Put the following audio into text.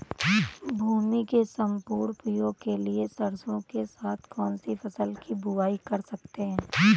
भूमि के सम्पूर्ण उपयोग के लिए सरसो के साथ कौन सी फसल की बुआई कर सकते हैं?